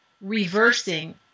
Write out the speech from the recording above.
reversing